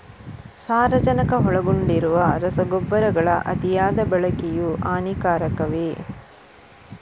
ಸಾರಜನಕ ಒಳಗೊಂಡಿರುವ ರಸಗೊಬ್ಬರಗಳ ಅತಿಯಾದ ಬಳಕೆಯು ಹಾನಿಕಾರಕವೇ?